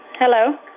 Hello